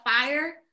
fire